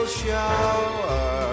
shower